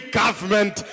government